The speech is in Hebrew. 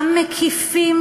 המקיפים,